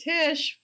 Tish